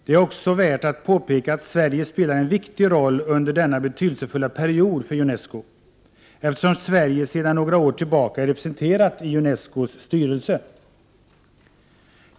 Det är också värt att påpeka att Sverige spelar en viktig roll under denna betydelsefulla period för Unesco, eftersom Sverige sedan några år tillbaka är representerat i Unescos styrelse.